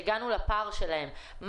אלה שהגענו לפער שלהן,